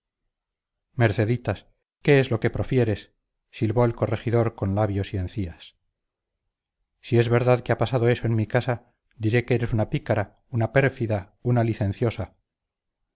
merceditas qué es lo que profieres silbó el corregidor con labios y encías si es verdad que ha pasado en mi casa diré que eres una pícara una pérfida una licenciosa